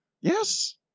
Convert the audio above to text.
Yes